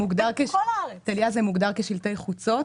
זה מוגדר כשלטי חוצות?